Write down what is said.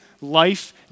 life